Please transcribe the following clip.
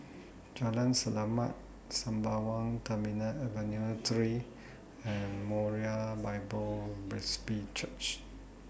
Jalan Selamat Sembawang Terminal Avenue three and Moriah Bible Presby Church